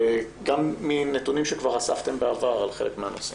גם מנתונים שכבר אספתם בעבר על חלק מהנושאים,